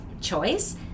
choice